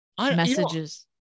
messages